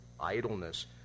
idleness